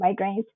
migraines